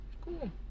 Cool